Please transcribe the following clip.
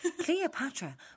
Cleopatra